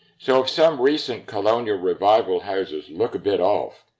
so if some recent colonial revival houses look a bit off,